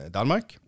Danmark